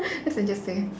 guess I'll just save